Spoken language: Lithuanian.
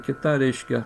kita reiškia